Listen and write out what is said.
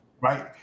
right